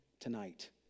tonight